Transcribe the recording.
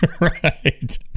Right